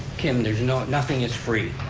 kim, there's no, nothing is free.